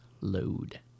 load